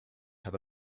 have